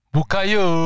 Bukayo